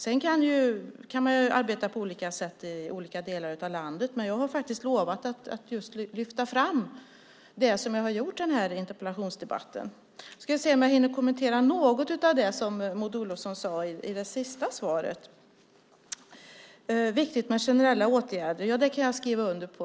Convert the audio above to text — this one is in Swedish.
Sedan kan man ju arbeta på olika sätt i olika delar av landet. Men jag har faktiskt lovat att lyfta fram just det som jag har gjort i den här interpellationsdebatten. Jag ska se om jag hinner kommentera något av det som Maud Olofsson sade i förra inlägget. Att det är viktigt med generella åtgärder kan jag skriva under på.